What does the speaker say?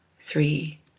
three